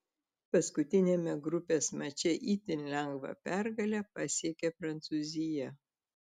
paskutiniame grupės mače itin lengvą pergalę pasiekė prancūzija